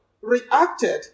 reacted